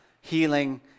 healing